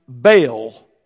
bail